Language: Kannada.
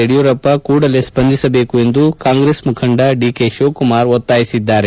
ಯಡಿಯೂರಪ್ಪ ಕೂಡಲೇ ಸ್ಪಂದಿಸಬೇಕು ಎಂದು ಕಾಂಗ್ರೆಸ್ ಮುಖಂಡ ಡಿಕ್ ಶಿವಕುಮಾರ್ ಹೇಳಿದ್ದಾರೆ